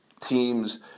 teams